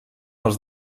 els